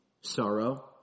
sorrow